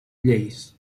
lleis